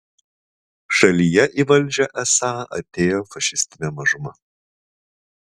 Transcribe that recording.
šalyje į valdžią esą atėjo fašistinė mažuma